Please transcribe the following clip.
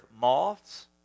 moths